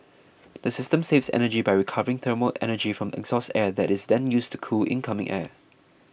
the system saves energy by recovering thermal energy from exhaust air that is then used to cool incoming air